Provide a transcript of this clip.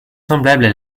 semblables